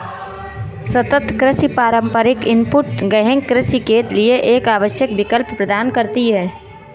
सतत कृषि पारंपरिक इनपुट गहन कृषि के लिए एक आवश्यक विकल्प प्रदान करती है